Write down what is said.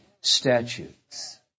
statutes